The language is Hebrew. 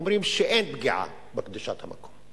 אומרים שאין פגיעה בקדושת המקום.